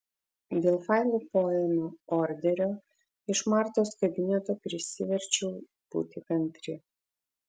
dėl failų poėmio orderio iš martos kabineto prisiverčiau būti kantri